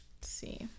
see